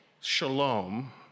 shalom